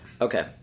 Okay